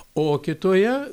o kitoje